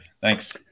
thanks